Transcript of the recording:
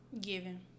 given